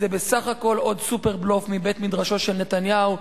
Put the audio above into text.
זה בסך הכול עוד סופר-בלוף מבית-מדרשו של נתניהו.